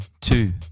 two